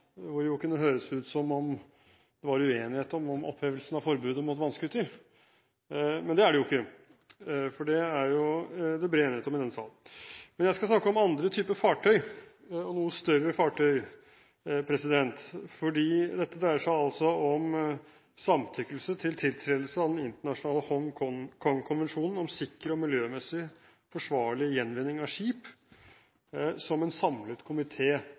hvor det jo kunne høres ut som om det var uenighet om opphevelsen av forbudet mot vannscooter – men det er det jo ikke. Det er det bred enighet om i denne sal. Jeg skal snakke om andre typer fartøy – noe større fartøy. Dette dreier seg om samtykke til tiltredelse av den internasjonale Hongkong-konvensjonen om sikker og miljømessig forsvarlig gjenvinning av skip, som en samlet